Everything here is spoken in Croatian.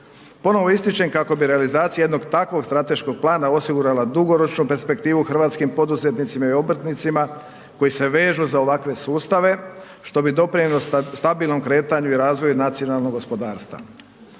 Ponovo ističem kako bi realizacija jednog takvog strateškog plana osigurala dugoročnu perspektivu hrvatskim poduzetnicima i obrtnicima koji se vežu za ovakve sustave, što bi doprinijelo stabilnom kretanju i razvoju nacionalnog gospodarstva.